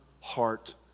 heart